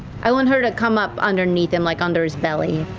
i want her to come up underneath him, like under his belly,